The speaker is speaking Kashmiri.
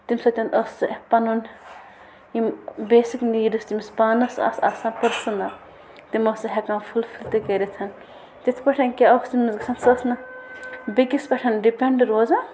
تٔمۍ سۭتۍ ٲس سُہ پَنُن یِم بیسِک نیٖڈٕس تٔمِس پانَس آسہٕ آسان پٔرسٕنَل تِم آسہٕ سُہ ہٮ۪کان فُل فِل تہِ کٔرِتھ تِتھٕ پٲٹھۍ کہِ اَکھ اوس تٔمِس گژھان سُہ ٲس نہٕ بیٚیہِ کِس پٮ۪ٹھ ڈِپٮ۪نٛڈ روزان